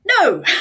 No